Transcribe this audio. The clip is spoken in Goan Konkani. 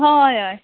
हय हय